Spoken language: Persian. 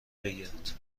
بگیرد